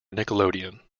nickelodeon